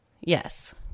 Yes